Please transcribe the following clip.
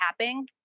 tapping